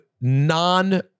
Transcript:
non